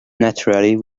naturally